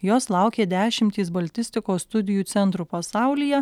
jos laukė dešimtys baltistikos studijų centrų pasaulyje